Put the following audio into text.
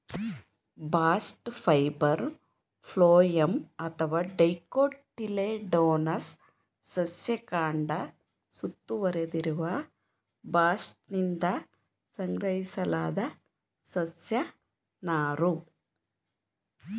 bast fibre phloem ಅಥವಾ dicotyledonous ಸಸ್ಯ ಕಾಂಡ ಸುತ್ತುವರೆದಿರುವ ಬಾಸ್ಟ್ನಿಂದ ಸಂಗ್ರಹಿಸಲಾದ ಸಸ್ಯ ನಾರು